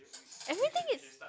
everything is